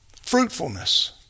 Fruitfulness